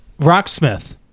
Rocksmith